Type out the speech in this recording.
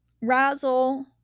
Razzle